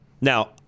Now